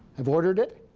i've ordered it.